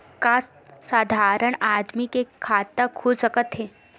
का साधारण आदमी के खाता खुल सकत हे?